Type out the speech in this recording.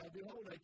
behold